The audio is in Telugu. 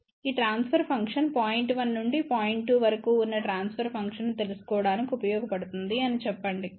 ఈ ట్రాన్స్ఫర్ ఫంక్షన్ పాయింట్ 1 నుండి పాయింట్ 2 వరకు ఉన్న ట్రాన్స్ఫర్ ఫంక్షన్ ను తెలుసుకోవడానికి ఉపయోగపడుతుంది అని చెప్పండి సరే